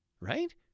right